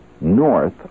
north